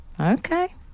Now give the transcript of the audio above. okay